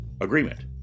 agreement